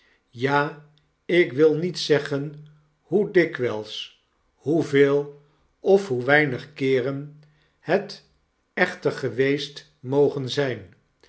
ja ik wil niet zeggen hoe dikwijls hoe veel of hoe weinig keeren het echter geweest mogen zyn